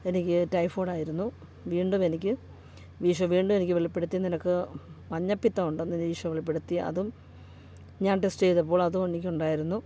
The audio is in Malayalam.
എനിക്ക് ടൈഫോയ്ഡായിരുന്നു വീണ്ടുമെനിക്ക് ഈശോ വീണ്ടുമെനിക്ക് വെളിപ്പെടുത്തി നിനക്ക് മഞ്ഞപ്പിത്തം ഉണ്ടെന്ന് ഈശോ വെളിപ്പെടുത്തി അതും ഞാൻ ടെസ്റ്റ ചെയ്തപ്പോൾ അതും എനിക്കുണ്ടായിരുന്നു